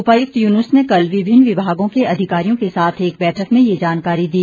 उपायुक्त यून्स ने कल विभिन्न विभागों के अधिकारियों के साथ एक बैठक में ये जानकारी दी